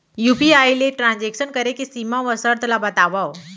UPI ले transaction करे के सीमा व शर्त ला बतावव?